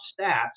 stats